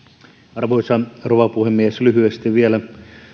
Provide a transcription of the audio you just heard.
arvoisa rouva puhemies lyhyesti vielä